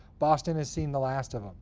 boston has seen the last of them.